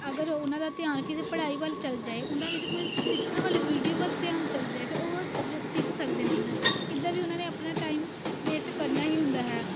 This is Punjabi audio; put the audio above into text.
ਅਗਰ ਉਹਨਾਂ ਦਾ ਧਿਆਨ ਕਿਸੇ ਪੜ੍ਹਾਈ ਵੱਲ ਚਲ ਜਾਏ ਉਹਨਾਂ ਵਿੱਚ ਕੋਈ ਸਿੱਖਣ ਵਾਲੀ ਵੀਡੀਓ ਵੱਲ ਧਿਆਨ ਚਲ ਜਾਵੇ ਤਾਂ ਉਹ ਸਿੱਖ ਸਕਦੇ ਹਨ ਇੱਦਾਂ ਵੀ ਉਹਨਾਂ ਨੇ ਆਪਣਾ ਟਾਈਮ ਵੇਸਟ ਕਰਨਾ ਹੀ ਹੁੰਦਾ ਹੈ